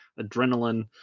adrenaline